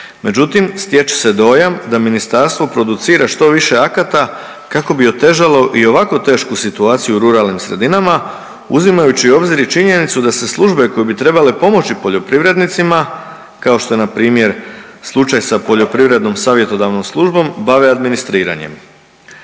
međutim stječe se dojam da ministarstvo producira što više akata kako bi otežalo i ovako tešku situaciju u ruralnim sredinama uzimajući u obzir i činjenicu da se službe koje bi trebale pomoći poljoprivrednicima kao što je npr. slučaj sa Poljoprivrednom savjetodavnom službom, bave administriranjem.